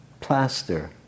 plaster